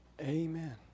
Amen